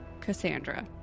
Cassandra